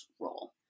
role